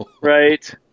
Right